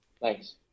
Thanks